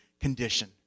condition